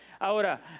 Ahora